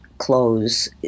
clothes